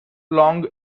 long